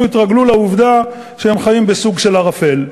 התרגלו לעובדה שהם חיים בסוג של ערפל.